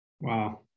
Wow